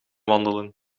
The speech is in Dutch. wandelen